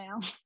now